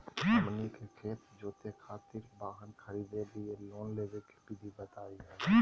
हमनी के खेत जोते खातीर वाहन खरीदे लिये लोन लेवे के विधि बताही हो?